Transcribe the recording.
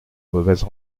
mauvaises